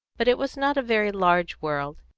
but it was not a very large world,